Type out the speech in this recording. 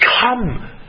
come